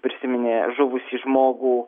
prisiminė žuvusį žmogų